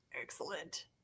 Excellent